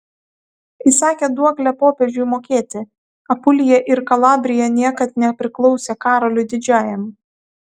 įsakė duoklę popiežiui mokėti apulija ir kalabrija niekad nepriklausė karoliui didžiajam